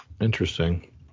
Interesting